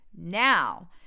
now